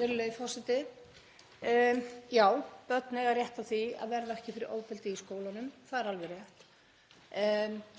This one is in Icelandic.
Virðulegi forseti. Já, börn eiga rétt á því að verða ekki fyrir ofbeldi í skólanum, það er alveg rétt.